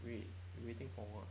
read waiting for what